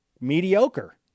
mediocre